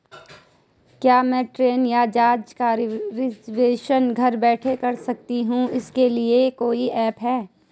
क्या मैं ट्रेन या जहाज़ का रिजर्वेशन घर बैठे कर सकती हूँ इसके लिए कोई ऐप है?